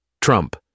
Trump